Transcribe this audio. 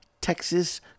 Texas